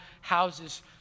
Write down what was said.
houses